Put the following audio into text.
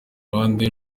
ruhande